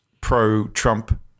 pro-Trump